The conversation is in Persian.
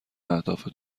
اهداف